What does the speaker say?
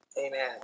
Amen